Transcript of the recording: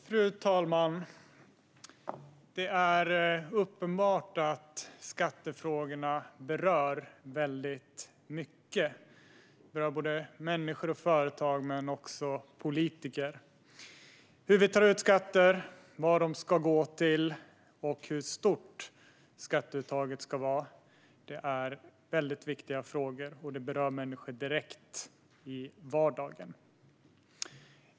Fru talman! Det är uppenbart att skattefrågorna berör väldigt mycket, både människor och företag men också politiker. Hur vi tar ut skatter, vad de ska gå till och hur stort skatteuttaget ska vara är väldigt viktiga frågor som berör människor direkt i vardagen.